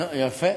נו, יפה.